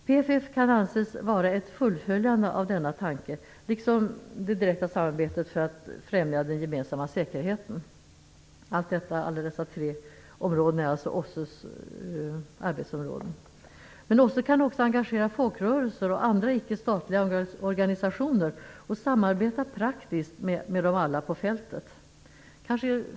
PFF kan anses vara ett fullföljande av denna tanke, liksom det direkta samarbetet för att främja den gemensamma säkerheten - det tredje området. Dessa är alltså OSSE:s arbetsområden. Men OSSE kan också engagera folkrörelser och andra icke statliga organisationer, t.ex. företag, och samarbeta praktiskt med dem på fältet.